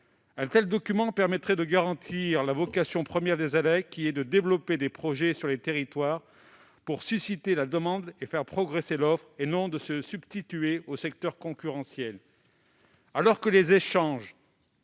Un tel document permettrait de garantir la vocation première des ALEC, qui est de développer des projets sur les territoires pour susciter la demande et faire progresser l'offre, et non de se substituer au secteur concurrentiel. Madame la secrétaire